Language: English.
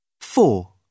Four